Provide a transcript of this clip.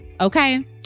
okay